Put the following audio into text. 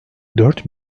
dört